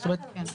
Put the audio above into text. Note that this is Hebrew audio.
זה רק על רוסיה?